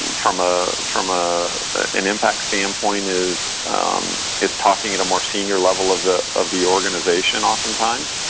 from ah from ah an impact standpoint is is talking at a more senior level of the of the organization often times.